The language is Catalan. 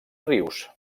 rius